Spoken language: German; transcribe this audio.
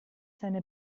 seine